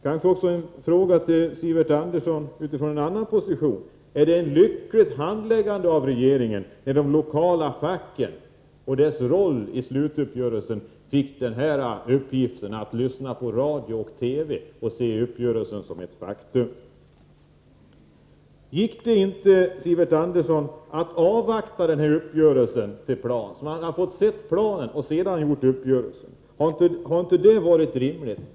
Jag vill också ställa en fråga till Sivert Andersson utifrån en annan position. Är det en lycklig handläggning av regeringen, när de lokala facken inte tilläts spela någon roll i slutuppgörelsen? De fick ju via radio och TV veta att uppgörelsen var ett faktum. Gick det inte, Sivert Andersson, att avvakta med uppgörelsen om den här strukturplanen, så att de berörda hade fått se planen innan uppgörelsen träffades? Hade inte det varit rimligt?